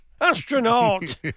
Astronaut